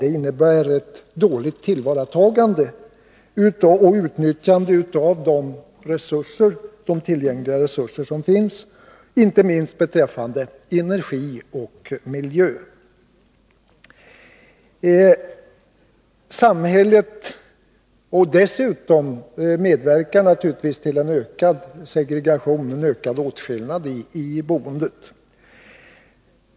Det innebär ett dåligt utnyttjande av de resurser som finns, inte minst beträffande energi och miljö. Dessutom medverkar det naturligtvis till en ökad åtskillnad i boendet.